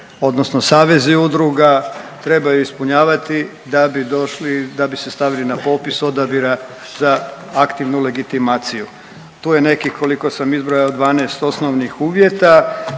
odnosno savezi udruga trebaju ispunjavati da bi došli, da bi se stavili na popis odabira za aktivnu legitimaciju. Tu je nekih koliko sam izbrojao 12 osnovnih uvjeta,